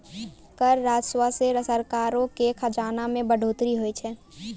कर राजस्व से सरकारो के खजाना मे बढ़ोतरी होय छै